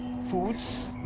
foods